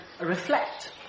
reflect